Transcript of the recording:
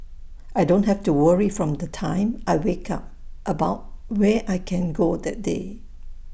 I don't have to worry from the time I wake up about where I can go that day